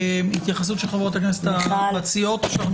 התייחסות של חברות הכנסת המציעות או שאנחנו